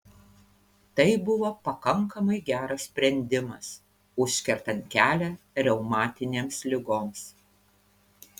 tai buvo pakankamai geras sprendimas užkertant kelią reumatinėms ligoms